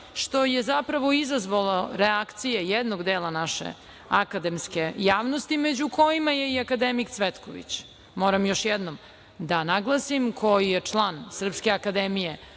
što je zapravo izazvalo reakcije jednog dela naše akademske javnosti, među kojima je i akademik Cvetković, moram još jednom da naglasim, koji je član SANU, i koji je